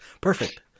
Perfect